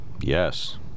Yes